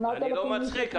8,000 איש מתים בכל שנה מעישון.